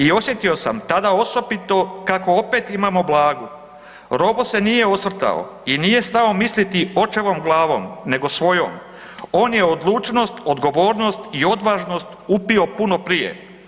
I osjetio sam tada osobito kako opet imamo Blagu, Robo se nije osvrtao i nije stao misliti očevom glavom nego svojom, on je odlučnost, odgovornost i odvažnost upio puno prije.